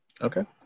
Okay